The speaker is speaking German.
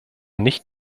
nicht